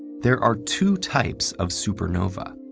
there are two types of supernova.